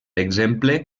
exemple